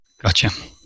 Gotcha